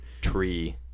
tree